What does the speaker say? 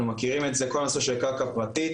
מכירים את זה כל הנושא של קרקע פרטית,